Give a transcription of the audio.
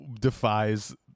defies